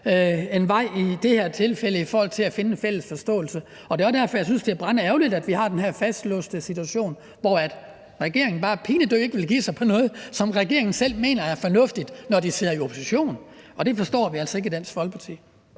en vej i det her tilfælde i forhold til at finde en fælles forståelse. Det er også derfor, jeg synes, det er brandærgerligt, at vi har den her fastlåste situation, hvor regeringen bare pinedød ikke vil give sig på noget, som regeringen selv mener er fornuftigt, når de sidder i opposition. Og det forstår vi altså ikke i Dansk Folkeparti.